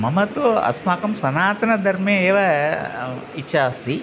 मम तु अस्माकं सनातनधर्मे एव इच्छा अस्ति